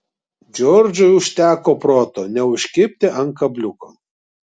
džordžui užteko proto neužkibti ant kabliuko